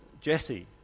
Jesse